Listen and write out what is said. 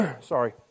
Sorry